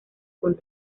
con